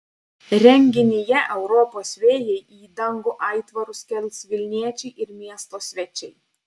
renginyje europos vėjai į dangų aitvarus kels vilniečiai ir miesto svečiai